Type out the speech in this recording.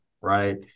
Right